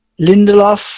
Lindelof